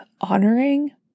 honoring